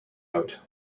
out